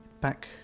Back